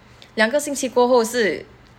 两个星期过后是